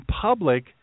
public